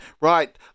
Right